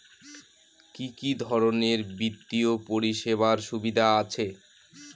কি কি ধরনের বিত্তীয় পরিষেবার সুবিধা আছে?